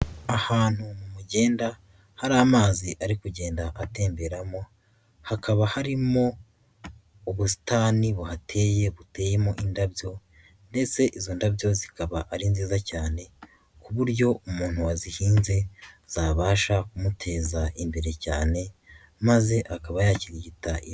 Ahantu mu mugenda hari amazi ari kugenda atemberamo, hakaba harimo ubusitani buhateye, buteyemo indabyo ndetse izo ndabyo zikaba ari nziza cyane ku buryo umuntu wazihinze zabasha kumuteza imbere cyane maze akaba yakirigita.